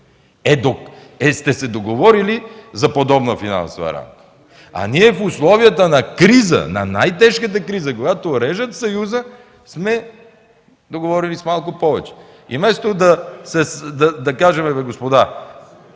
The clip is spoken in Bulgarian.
сте се договорили за подобна финансова рамка. Ние в условията на криза, на най-тежка криза, когато режат Съюза, сме договорили с малко повече. И вместо да кажем, господа,